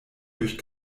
durch